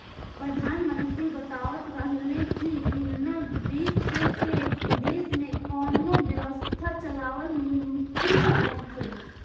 प्रधानमंत्री बतावत रहले की बिना बित्त के देश में कौनो व्यवस्था चलावल मुमकिन नइखे